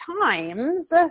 Times